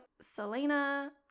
Selena